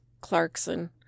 Clarkson